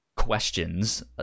questions